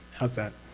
how's that?